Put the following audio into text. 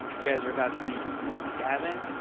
you guys are about to meet gavin.